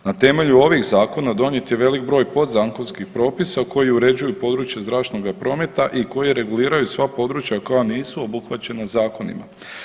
Na temelju ovih zakona donijet je velik broj podzakonskih propisa koji uređuju područje zračnoga prometa i koji reguliraju sva područja koja nisu obuhvaćeni zakonima.